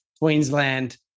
Queensland